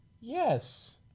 Yes